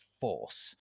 Force